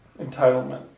entitlement